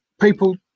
people